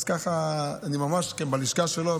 אני ממש בלשכה שלו,